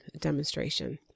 demonstration